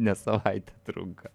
ne savaitę trunka